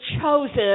chosen